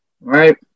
right